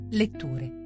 letture